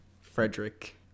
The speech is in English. Frederick